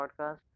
podcast